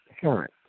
parent